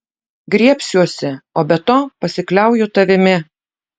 griebsiuosi o be to pasikliauju tavimi